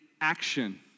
action